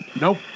Nope